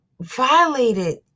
violated